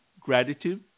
gratitude